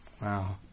Wow